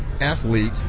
athlete